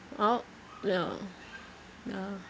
awak ya ya